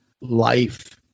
life